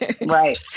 Right